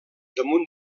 damunt